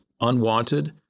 unwanted